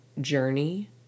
journey